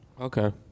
Okay